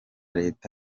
leta